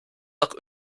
noch